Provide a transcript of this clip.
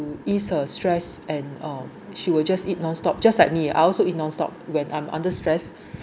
to ease her stress and uh she will just eat non-stop just like me I also eat non-stop when I'm under stress